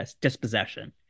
dispossession